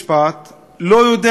הוא לא יודע מה אשמתו,